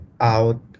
out